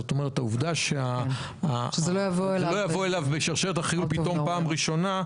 לגבי העובדה שלא יבואו אליו בשרשרת החיול פעם ראשונה.